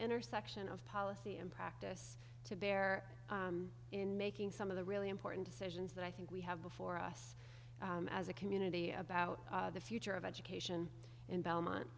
intersection of policy and practice to bear in making some of the really important decisions that i think we have before us as a community about the future of education in belmont